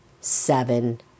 seven